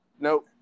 Nope